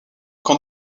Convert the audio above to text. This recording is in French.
qu’en